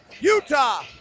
Utah